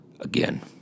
Again